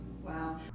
Wow